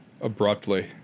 Abruptly